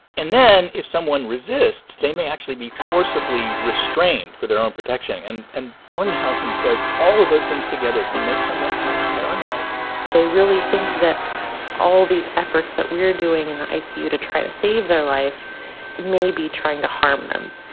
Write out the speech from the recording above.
and then if someone resists, they may actually be forcibly restrained for their own protection. and and bellinghausen says all of those things together can make someone kind of paranoid they really think that all these efforts that we're doing in the icu to try to save their life may be trying to harm them.